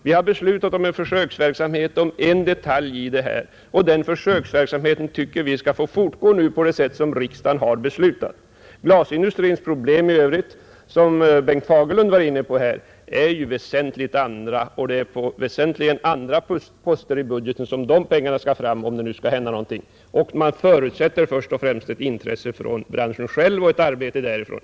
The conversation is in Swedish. Vi har beslutat en försöksverksamhet i fråga om en detalj, och vi tycker att denna skall få fortgå på det sätt som riksdagen har beslutat om. Glasindustrins problem i övrigt, som Bengt Fagerlund var inne på, är ju väsentligt andra, och det är på helt andra poster i budgeten som pengarna skall fram, om nu någonting skall hända. Man förutsätter dock först och främst att ett intresse anmäles från branschen själv och ett arbete därifrån.